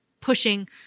pushing